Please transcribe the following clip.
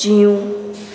जीउ